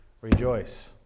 Rejoice